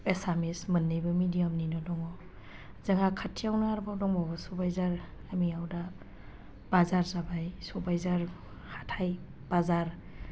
एसामिस मोननैबो मिडियामनिनो दङ जोंहा खाथियावनो आरोबाव दंबावो सबाइझार गामियाव दा बाजार जाबाय सबाइझार हाथाय बाजार